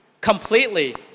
Completely